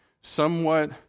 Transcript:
Somewhat